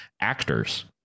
actors